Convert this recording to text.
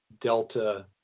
Delta